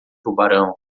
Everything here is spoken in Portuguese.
tubarão